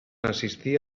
assistir